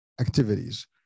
activities